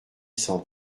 cent